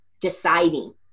deciding